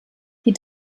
die